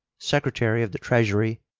secretary of the treasury,